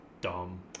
dumb